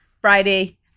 Friday